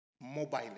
mobile